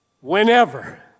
Whenever